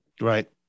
Right